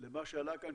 למה שעלה כאן,